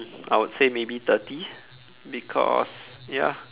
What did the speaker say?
I would say maybe thirty because ya